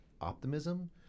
optimism